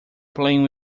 playing